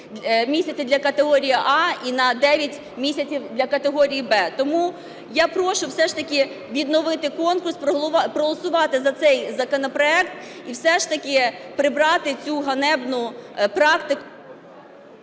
місяці – для категорії "А" і на дев'ять місяців – для категорії "Б". Тому я прошу все ж таки відновити конкурс, проголосувати за цей законопроект і все ж таки прибрати цю ганебну практику.